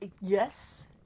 yes